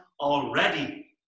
already